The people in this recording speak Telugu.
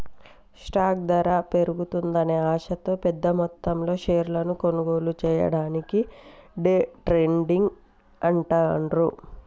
స్టాక్ ధర పెరుగుతుందనే ఆశతో పెద్దమొత్తంలో షేర్లను కొనుగోలు చెయ్యడాన్ని డే ట్రేడింగ్ అంటాండ్రు